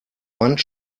wand